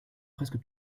presque